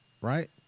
right